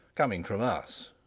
coming from us.